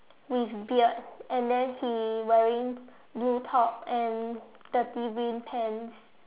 with beard and then he wearing blue top and dirty green pants